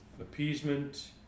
appeasement